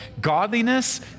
Godliness